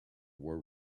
were